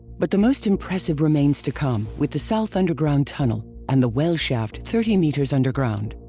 but the most impressive remains to come with the south underground tunnel and the well shaft thirty meters underground.